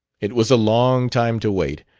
it was a long time to wait,